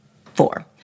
four